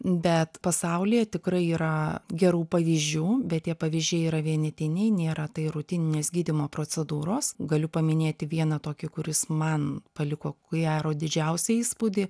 bet pasaulyje tikrai yra gerų pavyzdžių bet tie pavyzdžiai yra vienetiniai nėra tai rutininės gydymo procedūros galiu paminėti vieną tokį kuris man paliko ko gero didžiausią įspūdį